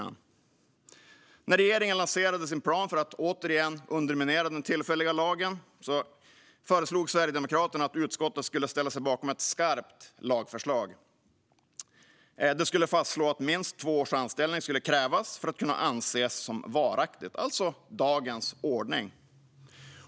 När regeringen lanserade sin plan för att återigen underminera den tillfälliga lagen föreslog Sverige-demokraterna att utskottet skulle ställa sig bakom ett skarpt lagförslag. Det skulle fastslå att minst två års anställning ska krävas för att kunna anses som varaktigt, alltså dagens ordning.